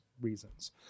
reasons